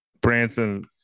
Branson